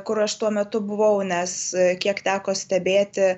kur aš tuo metu buvau nes kiek teko stebėti